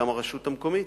גם הרשות המקומית.